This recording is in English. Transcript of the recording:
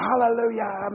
hallelujah